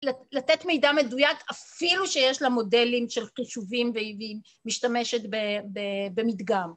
‫לתת מידע מדויק אפילו שיש ‫למודלים של חישובים ואיבים ‫משתמשת במדגם.